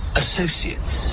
associates